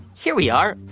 here we are.